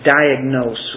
diagnose